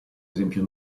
esempio